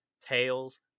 tails